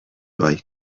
bai